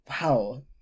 wow